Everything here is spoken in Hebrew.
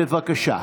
בבקשה.